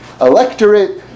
electorate